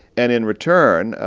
and in return,